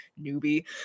newbie